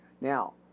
Now